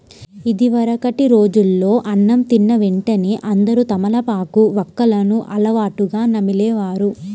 ఇదివరకటి రోజుల్లో అన్నం తిన్న వెంటనే అందరూ తమలపాకు, వక్కలను అలవాటుగా నమిలే వారు